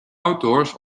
outdoors